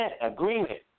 agreement